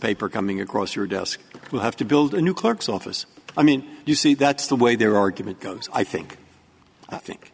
paper coming across your desk you have to build a new clerk's office i mean you see that's the way their argument goes i think i think